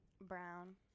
brown